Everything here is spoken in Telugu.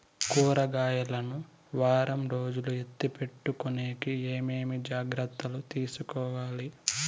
కూరగాయలు ను వారం రోజులు ఎత్తిపెట్టుకునేకి ఏమేమి జాగ్రత్తలు తీసుకొవాలి?